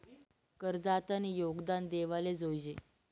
करदातानी योगदान देवाले जोयजे